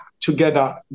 together